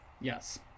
yes